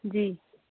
जी